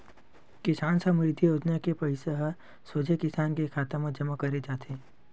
किसान समरिद्धि योजना के पइसा ह सोझे किसान के खाता म जमा करे जाथे